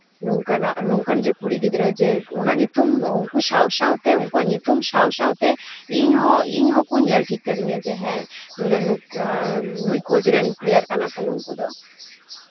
ᱱᱚᱝᱠᱟᱱᱟᱜ ᱱᱚᱝᱠᱟᱱ ᱡᱮ ᱠᱩᱲᱤ ᱜᱤᱫᱽᱨᱟᱹ ᱡᱮ ᱚᱱᱟ ᱧᱩᱛᱩᱢ ᱩᱱᱠᱩ ᱥᱟᱶ ᱥᱟᱶᱛᱮ ᱩᱱᱠᱩᱣᱟᱜ ᱧᱩᱛᱩᱢ ᱥᱟᱶ ᱥᱟᱶᱛᱮ ᱤᱧᱦᱚᱸ ᱤᱧ ᱦᱚᱸ ᱤᱧ ᱦᱚᱸᱠᱚ ᱧᱮᱞ ᱴᱷᱤᱠ ᱠᱟᱫᱤᱧᱟ ᱡᱮ ᱦᱮᱸ ᱱᱩᱭᱫᱚ ᱱᱩᱭ ᱠᱳᱪ ᱨᱮᱱ ᱯᱞᱮᱭᱟᱨ ᱠᱟᱱᱟᱠᱚ ᱱᱩᱠᱩ ᱫᱚ